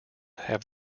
have